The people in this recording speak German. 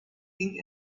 ging